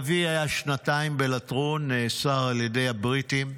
אבי היה שנתיים בלטרון, נאסר על ידי הבריטים.